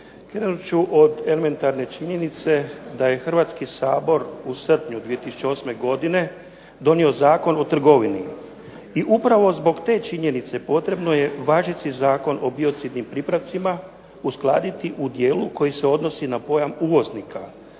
Krenut ću od elementarne činjenice da je Hrvatski sabor u srpnju 2008. godine donio Zakon o trgovini, i upravo zbog te činjenice potrebno je važeći Zakon o biocidnim pripravcima uskladiti u dijelu koji se odnosi na pojam uvoznika,